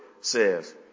says